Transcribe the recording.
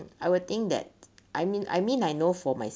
I will think that I mean I mean I know for my